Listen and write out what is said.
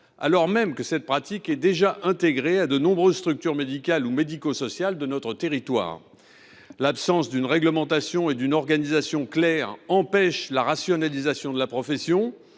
alors même que cette pratique est déjà intégrée à de nombreuses structures médicales ou médico sociales de notre pays. L’absence d’une réglementation et d’une organisation claire empêche la rationalisation de la profession.